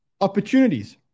opportunities